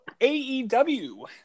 AEW